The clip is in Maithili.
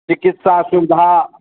चिकित्सा सुविधा